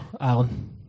Alan